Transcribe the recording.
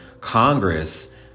congress